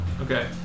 Okay